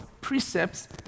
precepts